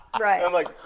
Right